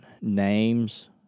names